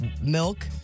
milk